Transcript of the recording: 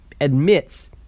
admits